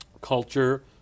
culture